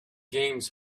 games